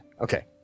Okay